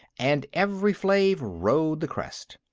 and evri-flave rode the crest.